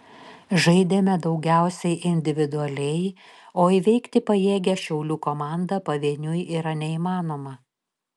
žaidėme daugiausiai individualiai o įveikti pajėgią šiaulių komandą pavieniui yra neįmanoma